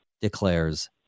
declares